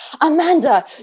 Amanda